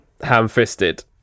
ham-fisted